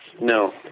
No